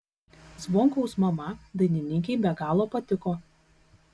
zvonkaus mama dainininkei be galo patiko